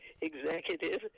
executive